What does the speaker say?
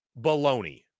Baloney